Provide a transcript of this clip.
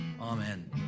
Amen